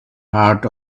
heard